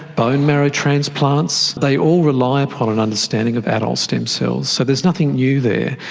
bone marrow transplants, they all rely upon an understanding of adult stem cells, so there's nothing new there.